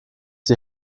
die